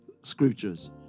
Scriptures